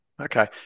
Okay